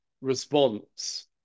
response